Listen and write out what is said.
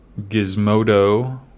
Gizmodo